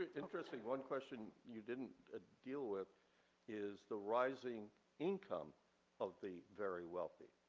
interesting, one question you didn't deal with is the rising income of the very wealthy.